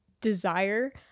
desire